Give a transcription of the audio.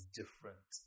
different